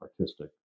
artistic